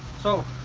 so